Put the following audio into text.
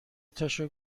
تاشو